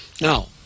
Now